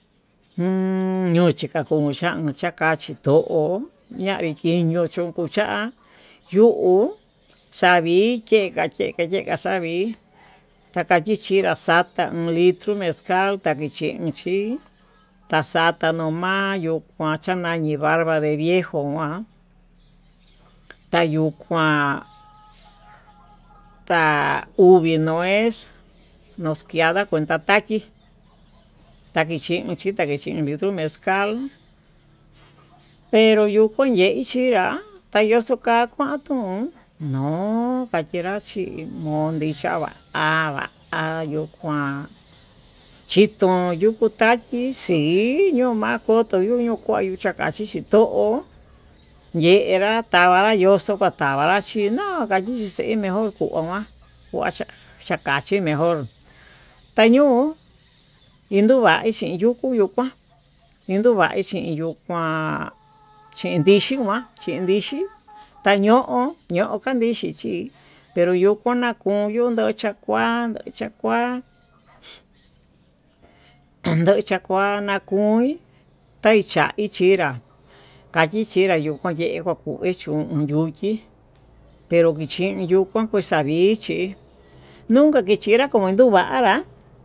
Uun chonka chii unchan chakachi to'ó, ñavii ken ya'a yukuu cha'a yuu xavii yeka yeka savii xakayichi ya'a xata litro mezcal takichin chí, tachatu nuu mayuu nani barba de viejo njuán tayuu uan uvii nuez noxkiada kontata kii, taki chi xii takichi kuu mezcal pero yuu kuu yechi ha taxoko ka'a kuan tuun no'o kayenra chí moli chava'a ava'a ayuu kuán, chituu yuku tachí xii yuu ma'a koto yuyu kuayo yakaxhi chito'ó yenra katava yoxo katavanrá chi no'o kayi xei nimo'o koná, kuacha chakachi mejór tañuu chin yukuu nuu kuan chindovaí chi yuu kuan chindixhi ma'a chin ndixhi taño'o ñó kandixhi xhí pero nduku yakuyu ndocha'a, chakuan chakuan andocha kuan nakui taicha ichinrá kayii chinra nokayeka kuu kue chun yukii pero ki chin yuku kixa'a vichi nunka kichinrá komo nduu va'anrá.